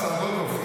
השר גולדקנופ,